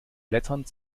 blätternd